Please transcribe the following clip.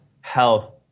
health